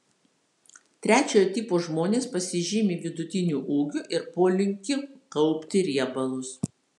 trečiojo tipo žmonės pasižymi vidutiniu ūgiu ir polinkiu kaupti riebalus